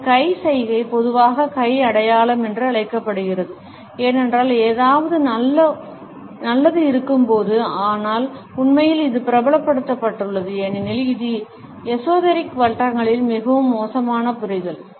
இந்த கை சைகை பொதுவாக கை அடையாளம் என்று அழைக்கப்படுகிறது ஏனென்றால் ஏதாவது நல்லது இருக்கும்போது ஆனால் உண்மையில் இது பிரபலப்படுத்தப்பட்டுள்ளது ஏனெனில் இது எஸோதெரிக் வட்டங்களில் மிகவும் மோசமான புரிதல்